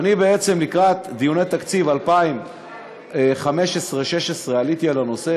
כשלקראת דיוני תקציב 2015 2016 עליתי על הנושא,